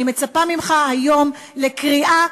אני מצפה ממך היום לקריאה,